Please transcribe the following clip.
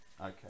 Okay